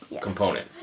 Component